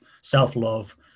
self-love